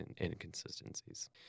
inconsistencies